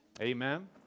Amen